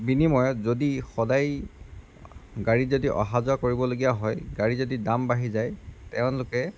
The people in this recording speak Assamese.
বিনিময়ত যদি সদায় গাড়ীত যদি অহা যোৱা কৰিবলগীয়া হয় গাড়ী যদি দাম বাঢ়ি যায় তেওঁলোকে